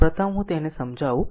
આમ પ્રથમ હું તેને સમજાવું